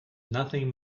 nothing